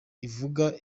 ivuga